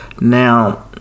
Now